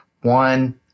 One